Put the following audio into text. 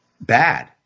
bad